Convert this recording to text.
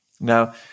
Now